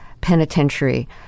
penitentiary